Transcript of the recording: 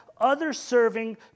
other-serving